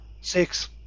Six